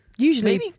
Usually